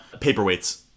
paperweights